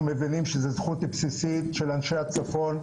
מבינים שזו זכות בסיסית של אנשי הצפון,